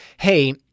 hey